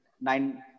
nine